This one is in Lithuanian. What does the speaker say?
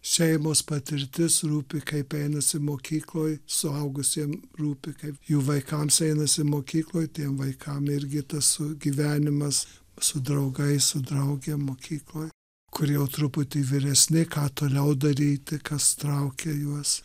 šeimos patirtis rūpi kaip einasi mokykloj suaugusiem rūpi kaip jų vaikams einasi mokykloj tiem vaikam irgi tas gyvenimas su draugais su draugėm mokykloj kur jau truputį vyresni ką toliau daryti kas traukia juos